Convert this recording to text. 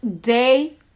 day